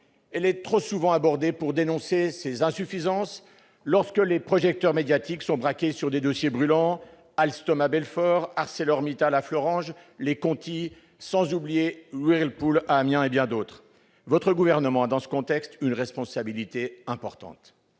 Elle est trop souvent abordée pour dénoncer ses insuffisances lorsque les projecteurs médiatiques sont braqués sur des dossiers brûlants : Alstom à Belfort, Arcelor Mittal à Florange, les Conti, sans oublier Whirlpool à Amiens et bien d'autres. Votre gouvernement a, dans ce contexte, une responsabilité importante,